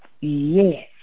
yes